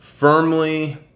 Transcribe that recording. firmly